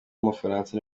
w’umufaransa